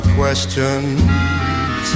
questions